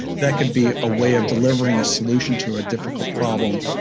that could be a way of delivering a solution to a difficult problem.